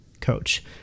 coach